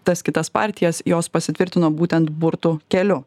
tas kitas partijas jos pasitvirtino būtent burtų keliu